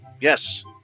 Yes